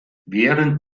während